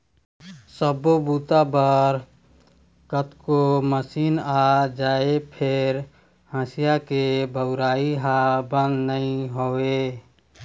सब्बो बूता बर कतको मसीन आ जाए फेर हँसिया के बउरइ ह बंद नइ होवय